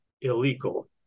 illegal